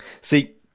See